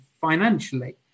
financially